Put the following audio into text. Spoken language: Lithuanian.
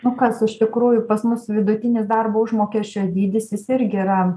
nu kas iš tikrųjų pas mus vidutinis darbo užmokesčio dydis jis irgi yra